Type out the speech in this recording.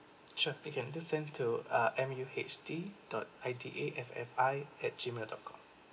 sure thank you and just send to uh M U H D dot I T A F F I at gmail dot com